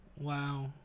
Wow